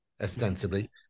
ostensibly